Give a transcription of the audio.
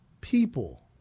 people